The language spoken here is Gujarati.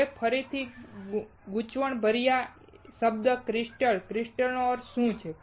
હવે ફરીથી ગુંચવણભર્યા શબ્દ ક્રિસ્ટલ ક્રિસ્ટલનો અર્થ શું છે